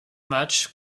matchs